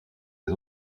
des